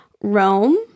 Rome